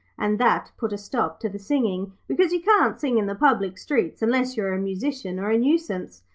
and that put a stop to the singing, because you can't sing in the public streets unless you are a musician or a nuisance.